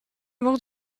mort